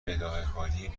بداههکاری